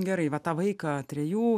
gerai va tą vaiką trejų